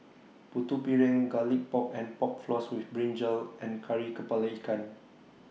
Putu Piring Garlic Pork and Pork Floss with Brinjal and Kari Kepala Ikan